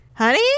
Honey